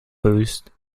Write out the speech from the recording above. boost